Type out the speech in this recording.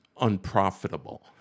unprofitable